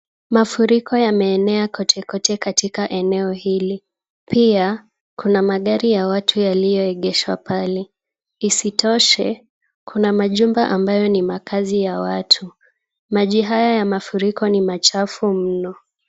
Mafuriko yameenea kote kote katika eneo hili. Pia, kuna magari ya watu yaliogeshwa pale. Isitoshe, kuna majumba ambayo ni makazi ya watu. Maji haya ya mafuriko ni machafu mno.